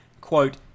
Quote